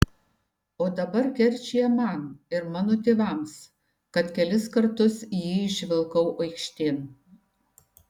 o dabar keršija man ir mano tėvams kad kelis kartus jį išvilkau aikštėn